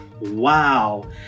wow